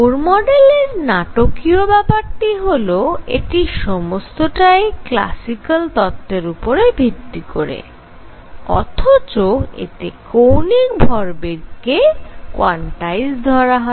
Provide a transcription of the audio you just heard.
bore মডেলে নাটকীয় ব্যাপারটি হল এটির সমস্তটাই ক্লাসিক্যাল তত্ত্বের উপরে ভিত্তি করে অথচ এতে কৌণিক ভরবেগ কে কোয়ান্টাইজড ধরা হয়